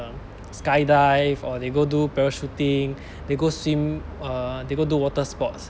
skydive or they go do parachuting they go swim err they go do water sports